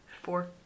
Four